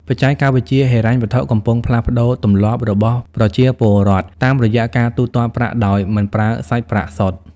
បច្ចេកវិទ្យាហិរញ្ញវត្ថុកំពុងផ្លាស់ប្តូរទម្លាប់របស់ប្រជាពលរដ្ឋ តាមរយៈការទូទាត់ប្រាក់ដោយមិនប្រើសាច់ប្រាក់សុទ្ធ។